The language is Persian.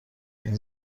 این